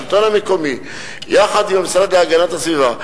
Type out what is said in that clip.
השלטון המקומי יחד עם המשרד להגנת הסביבה.